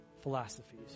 philosophies